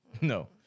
No